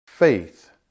Faith